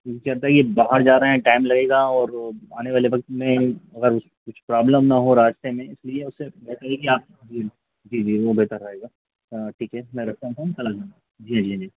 क्या होता है कि यह बाहर जा रहे हैं टाइम लगेगा और आने वाले वक्त में अगर कुछ कुछ प्रॉब्लम ना हो रास्ते में इसलिए उससे बेहतर है कि आप जी जी वह बेहतर रहेगा हाँ ठीक है मैं रखता हूँ फ़ोन कल आ जाऊँगा जी जी जी